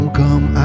come